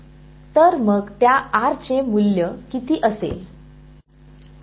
तर मग त्याचे मूल्य किती असेल